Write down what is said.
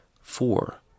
Four